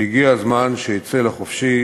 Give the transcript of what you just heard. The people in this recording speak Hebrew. והגיע הזמן שיצא לחופשי".